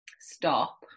stop